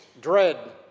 dread